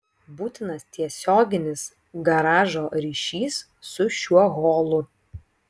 būtinas tiesioginis garažo ryšys su šiuo holu